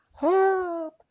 help